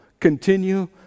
Continue